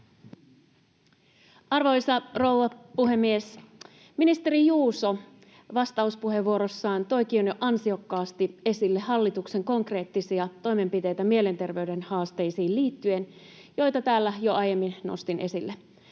Arvoisa rouva puhemies! Ministeri Juuso vastauspuheenvuorossaan toikin jo ansiokkaasti esille hallituksen konkreettisia toimenpiteitä mielenterveyden haasteisiin liittyen, joita täällä jo aiemmin nostin esille.